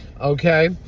okay